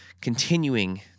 continuing